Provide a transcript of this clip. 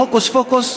הוקוס פוקוס,